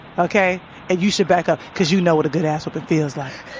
ok. and you should back up because you know what a good ass whipping feels like,